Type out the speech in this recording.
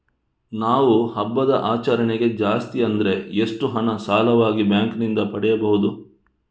ನಾವು ಹಬ್ಬದ ಆಚರಣೆಗೆ ಜಾಸ್ತಿ ಅಂದ್ರೆ ಎಷ್ಟು ಹಣ ಸಾಲವಾಗಿ ಬ್ಯಾಂಕ್ ನಿಂದ ಪಡೆಯಬಹುದು?